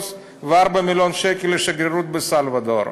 בבלרוס ו-4 מיליון שקל לשגרירות באל-סלבדור?